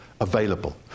available